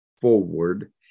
forward